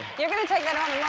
you're gonna take that home